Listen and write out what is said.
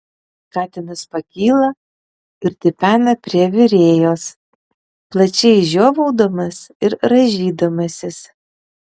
katinas pakyla ir tipena prie virėjos plačiai žiovaudamas ir rąžydamasis